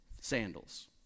sandals